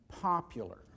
popular